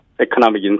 economic